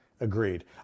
Agreed